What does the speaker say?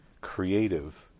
creative